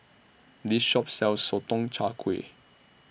This Shop sells Sotong Char Kway